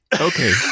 Okay